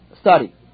study